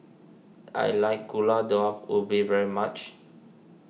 I like Gulai Daun Ubi very much